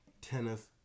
tennis